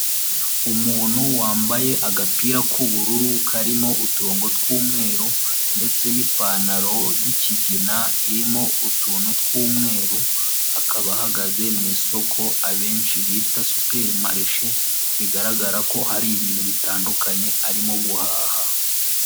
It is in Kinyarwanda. Umuntu wambaye agapira k'ubururu, karimo uturongo tw'umweru ndetse n'ipantaro y'ikigina irimo utuntu tw'umweru, akaba ahagaze mu isoko abenshi bita superimarishe, bigaragara ko hari ibintu bitandukanye arimo guhaha.